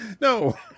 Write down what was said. no